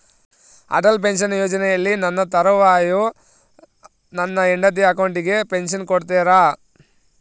Atal pension ಯೋಜನೆಯಲ್ಲಿ ನನ್ನ ತರುವಾಯ ನನ್ನ ಹೆಂಡತಿ ಅಕೌಂಟಿಗೆ ಪೆನ್ಶನ್ ಕೊಡ್ತೇರಾ?